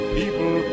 people